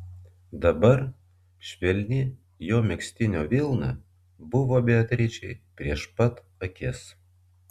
dabar švelni jo megztinio vilna buvo beatričei prieš pat akis